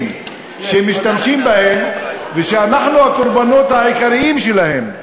שמשתמשים בהם ואנחנו הקורבנות העיקריים שלהם.